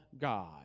God